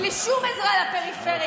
בלי שום עזרה לפריפריה.